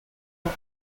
not